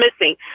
missing